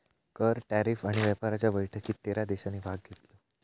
कर, टॅरीफ आणि व्यापाराच्या बैठकीत तेरा देशांनी भाग घेतलो